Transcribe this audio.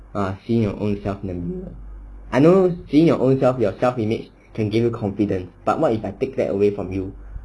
err seeing your own self in the mirror I know seeing your own self yourself image can give you confidence but if I take that away from you